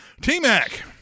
T-Mac